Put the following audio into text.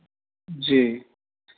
जी